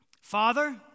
Father